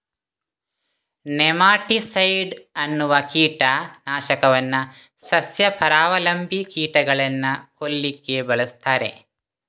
nematicide ಅನ್ನುವ ಕೀಟ ನಾಶಕವನ್ನ ಸಸ್ಯ ಪರಾವಲಂಬಿ ಕೀಟಗಳನ್ನ ಕೊಲ್ಲಿಕ್ಕೆ ಬಳಸ್ತಾರೆ